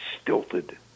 stilted